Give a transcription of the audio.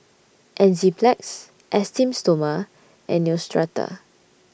Enzyplex Esteem Stoma and Neostrata